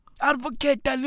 Advocate